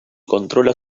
controla